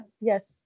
Yes